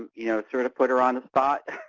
you know, sort of put her on the spot.